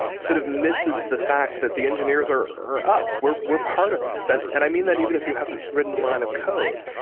sort of misses the fact that the engineers are are us, we're we're part of this, and and i mean that even if you haven't written a line of code.